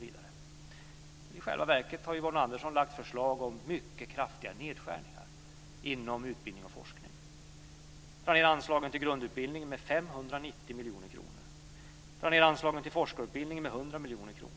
I själva verket har Yvonne Andersson lagt fram förslag till mycket kraftiga nedskärningar inom utbildning och forskning. Hon vill dra ned på anslagen till grundutbildningen med 590 miljoner kronor och på anslagen till forskarutbildningen med 100 miljoner kronor.